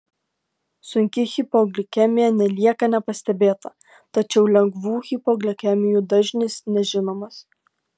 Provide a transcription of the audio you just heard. sunki hipoglikemija nelieka nepastebėta tačiau lengvų hipoglikemijų dažnis nežinomas